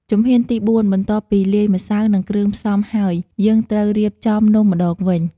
ជំហានទី ៤ បន្ទាប់ពីលាយម្សៅ និងគ្រឿងផ្សំ ហើយយើងត្រូវររៀបចំនំម្ដងវិញ។